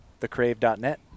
thecrave.net